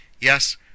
yes